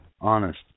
Honest